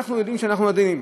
כשאנחנו יודעים שאנחנו יודעים,